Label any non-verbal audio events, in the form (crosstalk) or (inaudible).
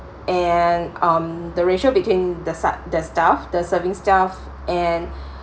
and um the ratio between the the staff the serving staff and (breath)